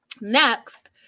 Next